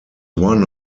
one